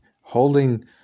holding